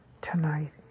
tonight